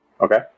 Okay